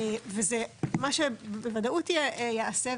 וזה מה שבוודאות יעשה,